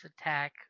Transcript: attack